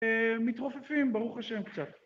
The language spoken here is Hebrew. מתרופפים ברוך השם קצת